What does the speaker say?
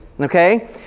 Okay